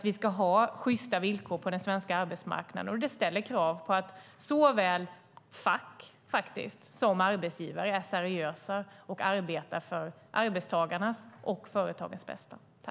Vi ska ha sjysta villkor på den svenska arbetsmarknaden, och det ställer krav på att såväl fack som arbetsgivare är seriösa och arbetar för arbetstagarnas och företagens bästa.